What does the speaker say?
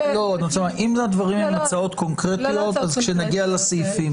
הדברים הן הצעות קונקרטיות כשנגיע לסעיפים.